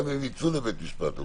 גם אם הם יצאו לבית משפט.